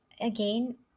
again